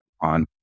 on